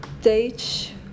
stage